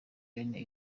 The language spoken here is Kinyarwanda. bene